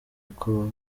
uko